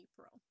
April